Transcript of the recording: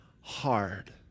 hard